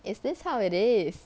is this how it is